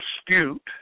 astute